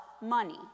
money